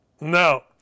No